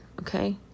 okay